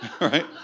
Right